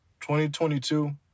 2022